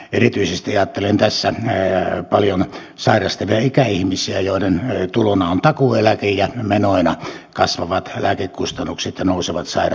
erityisesti ajattelen tässä paljon sairastavia ikäihmisiä joiden tulona on takuueläke ja menoina kasvavat lääkekustannukset ja nousevat sairaanhoidon maksut